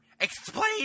explain